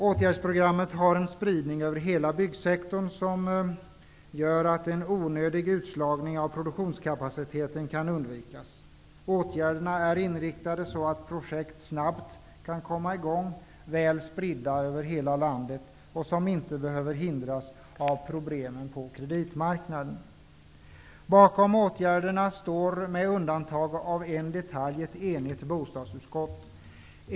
Åtgärdsprogrammet har en spridning över hela byggsektorn som gör att en onödig utslagning av produktionskapacitet kan undvikas. Åtgärderna är inriktade så att projekt snabbt kan komma i gång som är spridda över hela landet och som inte behöver hindras av problemen på kreditmarknaden. Bakom förslagen till åtgärder, med undantag av en detalj, står ett enigt bostadsutskott.